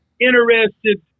interested